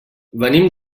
venim